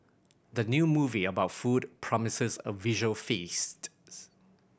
the new movie about food promises a visual feast